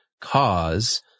cause